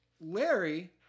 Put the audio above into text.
Larry